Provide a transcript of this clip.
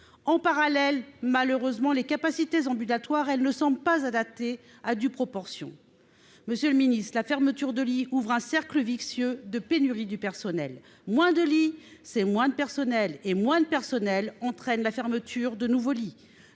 En parallèle, malheureusement, les capacités ambulatoires ne sont pas adaptées à due proportion. Monsieur le ministre, la fermeture de lits ouvre un cercle vicieux de pénurie de personnel. Moins de lits, c'est moins de personnel, ce qui entraîne en retour la fermeture de nouveaux lits.